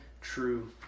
true